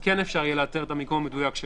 כן אפשר יהיה לאתר את המיקום המדויק שלו,